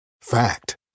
Fact